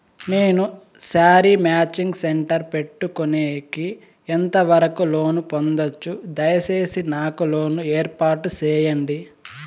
నేను sari matching centre పెట్టుకునేకి ఎంత వరకు లోను పొందొచ్చు? దయసేసి నాకు లోను ఏర్పాటు సేయండి?